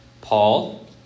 Paul